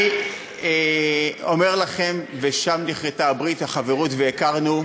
אני אומר לכם, ושם נכרתה הברית, החברות, והכרנו.